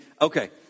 Okay